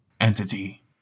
entity